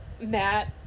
Matt